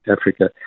Africa